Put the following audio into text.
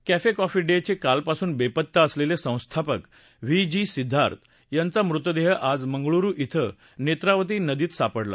cafe coffee day चे कालपासून बेपत्ता असलेले संस्थापक व्हि जी सिद्धार्थ यांचा मृतदेह आज मंगळुरु धिं नेत्रावती नदीत सापडला